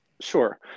Sure